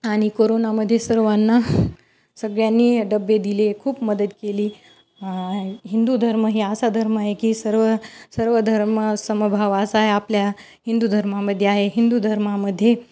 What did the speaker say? आणि कोरोनामध्ये सर्वांना सगळ्यांनी डबे दिले खूप मदत केली हिंदू धर्म हे असा धर्म आहे की सर्व सर्व धर्म समभाव असा आहे आपल्या हिंदू धर्मामध्ये आहे हिंदू धर्मामध्ये